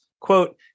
quote